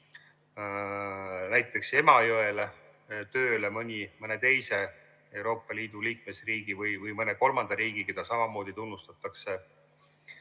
näiteks Emajõele tööle mõne teise Euroopa Liidu liikmesriigi või mõne kolmanda riigi, keda samamoodi tunnustatakse,